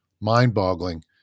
mind-boggling